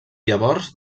llavors